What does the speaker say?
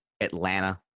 Atlanta